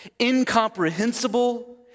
incomprehensible